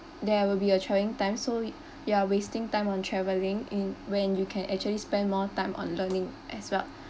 there will be a travelling time so you are wasting time on travelling in when you can actually spend more time on learning as well